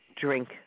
drink